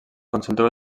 consulteu